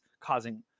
causing